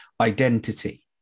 identity